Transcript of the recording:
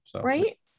Right